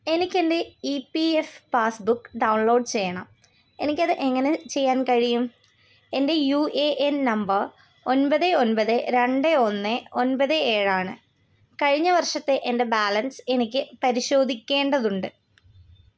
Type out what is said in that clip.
എനിക്ക് എൻ്റെ E P F passbook download ചെയ്യണം എനിക്കത് എങ്ങനെ ചെയ്യാൻ കഴിയും എൻ്റെ യു എ എൻ നമ്പർ ഒൻപത് ഒൻപത് രണ്ട് ഒന്ന് ഒൻപത് ഏഴാണ് കഴിഞ്ഞ വർഷത്തെ എൻ്റെ ബാലൻസ് എനിക്ക് പരിശോധിക്കേണ്ടതുണ്ട്